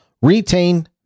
Retain